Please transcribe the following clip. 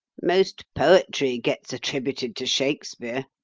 most poetry gets attributed to shakespeare.